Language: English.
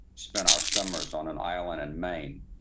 spent our summers on an island in maine,